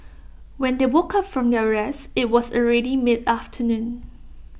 when they woke up from their rest IT was already mid afternoon